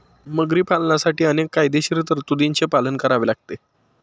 मगरी पालनासाठी अनेक कायदेशीर तरतुदींचे पालन करावे लागते